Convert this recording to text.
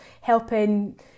helping